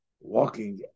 walking